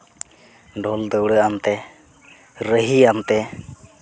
ᱰᱷᱚᱞ ᱫᱟᱹᱣᱲᱟᱹ ᱟᱱᱛᱮ ᱨᱟᱹᱦᱤᱭᱟᱱᱛᱮ